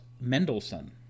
Mendelssohn